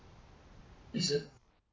is it